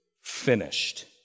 finished